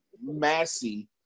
massy